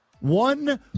One